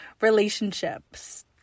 relationships